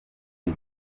iyi